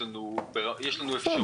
יש לנו אפשרות.